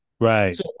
Right